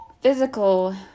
physical